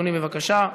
אדוני, בבקשה.